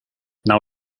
now